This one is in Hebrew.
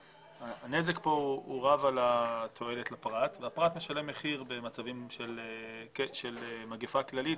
הנזק פה רב על התועלת לפרט והפרט משלם מחיר במצבים של מגיפה כללית.